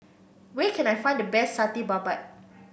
where can I find the best Satay Babat